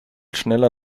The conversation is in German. schneller